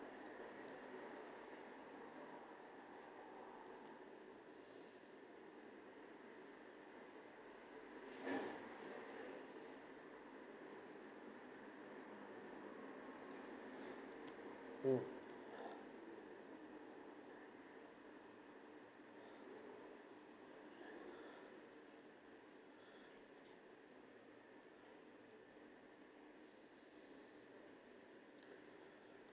hmm